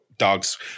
Dogs